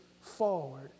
forward